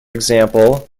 example